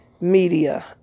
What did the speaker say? Media